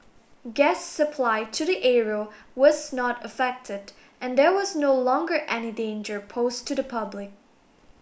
gas supply to the area was not affected and there was no longer any danger posed to the public